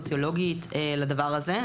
סוציולוגית לדבר הזה.